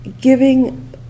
giving